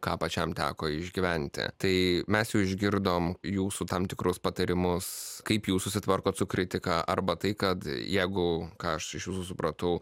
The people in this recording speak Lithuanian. ką pačiam teko išgyventi tai mes jau išgirdom jūsų tam tikrus patarimus kaip jūs susitvarkot su kritika arba tai kad jeigu ką aš iš jūsų supratau